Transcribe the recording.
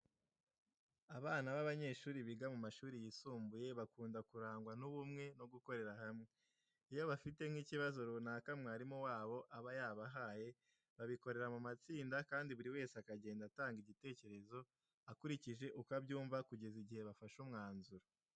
Abana b'abanyeshuri biga mu mashuri yisumbuye bakunda kurangwa n'ubumwe no gukorera hamwe. Iyo bafite nk'ibibazo runaka mwarimu wabo aba yabahaye babikorera mu matsinda kandi buri wese akagenda atanga igitekerezo akurikije uko abyumva kugeza igihe bafashe umwanzuro.